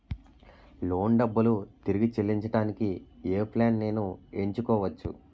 Loan డబ్బులు తిరిగి చెల్లించటానికి ఏ ప్లాన్ నేను ఎంచుకోవచ్చు?